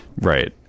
Right